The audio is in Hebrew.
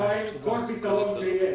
בינתיים כל פתרון שיהיה,